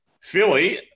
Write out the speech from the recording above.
Philly